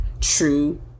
true